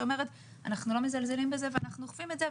שאומרת - אנחנו לא מזלזלים בזה ואנחנו אוכפים את זה,